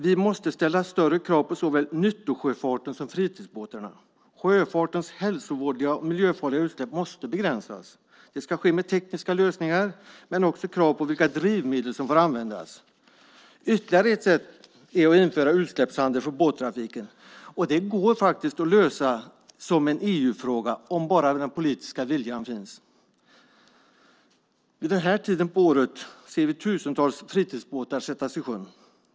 Vi måste ställa högre krav på såväl nyttosjöfarten som fritidsbåtarna. Sjöfartens hälsovådliga och miljöfarliga utsläpp måste begränsas. Det ska ske med tekniska lösningar men också med krav på vilka drivmedel som får användas. Ytterligare ett sätt är att införa utsläppshandel för båttrafiken. Det går faktiskt att lösa som en EU-fråga om bara den politiska viljan finns. Vid den här tiden på året ser vi tusentals fritidsbåtar sättas i sjön.